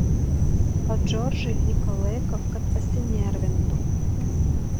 o džordžui liko laiko kad pasinervintų